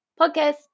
Podcast